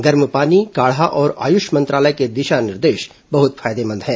गर्म पानी काढ़ा और आयुष मंत्रालय के दिशा निर्देश बहुत फायदेमंद हैं